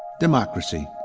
democracy.